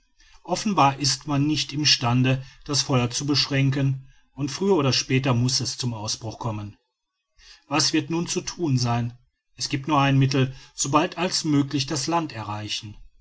offenbar ist man nicht im stande das feuer zu beschränken und früher oder später muß es zum ausbruch kommen was wird nun zu thun sein es giebt nur ein mittel so bald als möglich das land erreichen